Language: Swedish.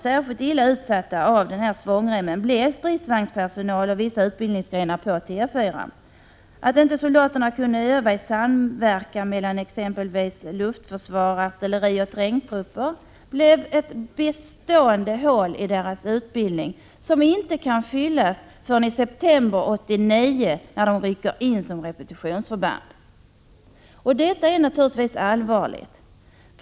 Särskilt illa utsatta av svångremmen blev stridsvagnspersonal och vissa utbildningsgrenar på T 4. Att soldaterna inte kunde öva i samverkan med exempelvis luftförsvar, artilleri och trängtrupper blir ett bestående hål i deras utbildning, som inte kan fyllas förrän i september 1989, då de rycker in som repetitionsförband. Detta är naturligtvis allvarligt.